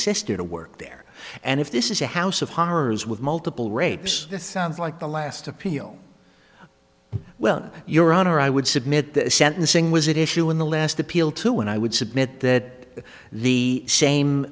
sister to work there and if this is a house of horrors with multiple rapes it sounds like the last appeal well your honor i would submit the sentencing was it issue in the last appeal to and i would submit that the same